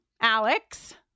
Alex